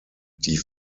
die